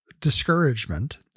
discouragement